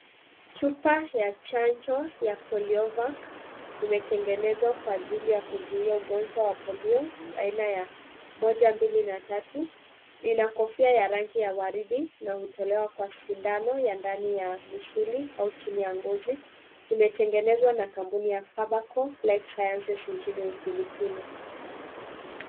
Chupa ya chanjo ya poliovac imetengenezwa kwa ajili ya kuzuia ugonjwa wa polio aina ya moja, mbili na tatu. Ina kofia ya rangi ya waridi inayotolewa kwa sindano ya ndani ya misuli au chini ya ngozi. Imetengenezwa na kampuni ya faberco life sciences nchini Ufilipino.